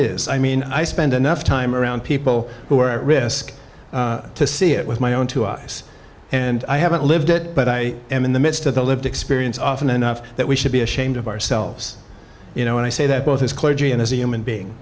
is i mean i spend enough time around people who are at risk to see it with my own two eyes and i haven't lived that but i am in the midst of the lived experience often enough that we should be ashamed of ourselves you know when i say that both his clergy and as a human being